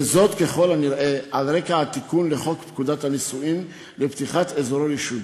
ככל הנראה על רקע התיקון לחוק פקודת הנישואין לפתיחת אזורי רישום.